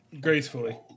gracefully